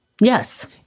Yes